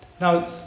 Now